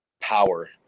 power